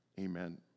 Amen